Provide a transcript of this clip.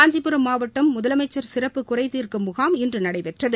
காஞ்சிபுரம் மாவட்டம் முதலமைச்சர் சிறப்பு குறைதீர்க்கும் முகாம் இன்று நடைபெற்றது